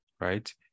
right